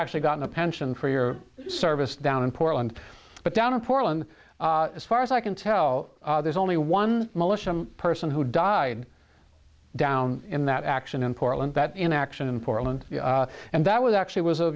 actually gotten a pension for your service down in portland but down in portland as far as i can tell there's only one militia person who died down in that action in portland that in action in portland and that was actually was a